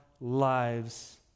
lives